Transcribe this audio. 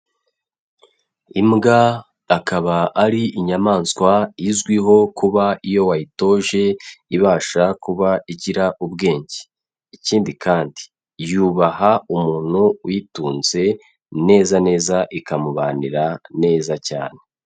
Imbwa akaba ari inyamaswa izwiho kuba iyo wayitoje ibasha kuba igira ubwenge, ikindi kandi yubaha umuntu uyitunze neza neza ikamubanira neza cyane.